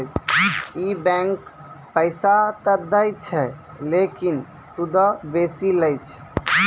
इ बैंकें पैसा त दै छै लेकिन सूदो बेसी लै छै